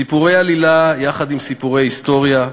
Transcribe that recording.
סיפורי עלילה יחד עם סיפורי היסטוריה,